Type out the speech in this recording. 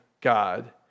God